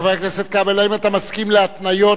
חבר הכנסת כבל, האם אתה מסכים להתניות?